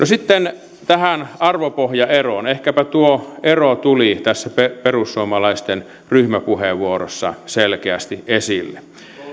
sitten tähän arvopohjaeroon ehkäpä tuo ero tuli tässä perussuomalaisten ryhmäpuheenvuorossa selkeästi esille